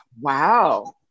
Wow